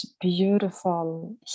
beautiful